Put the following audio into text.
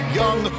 young